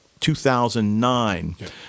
2009